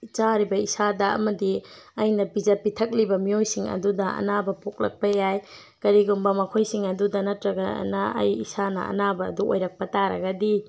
ꯆꯥꯔꯤꯕ ꯏꯁꯥꯗ ꯑꯃꯗꯤ ꯑꯩꯅ ꯄꯤꯖ ꯄꯤꯊꯛꯂꯤꯕ ꯃꯤꯑꯣꯏꯁꯤꯡ ꯑꯗꯨꯗ ꯑꯅꯥꯕ ꯄꯣꯛꯂꯛꯄ ꯌꯥꯏ ꯀꯔꯤꯒꯨꯝꯕ ꯃꯈꯣꯏꯁꯤꯡ ꯑꯗꯨꯗ ꯅꯠꯇ꯭ꯔꯒꯅ ꯑꯩ ꯏꯁꯥꯅ ꯑꯅꯥꯕ ꯑꯗꯨ ꯑꯣꯏꯔꯛꯄ ꯇꯥꯔꯒꯗꯤ